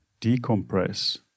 decompress